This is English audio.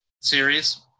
series